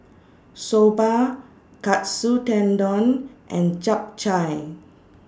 Soba Katsu Tendon and Japchae